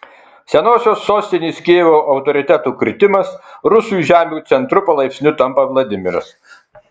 senosios sostinės kijevo autoriteto kritimas rusų žemių centru palaipsniui tampa vladimiras